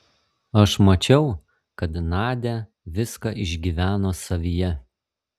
aš mačiau kad nadia viską išgyveno savyje